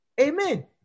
Amen